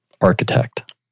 architect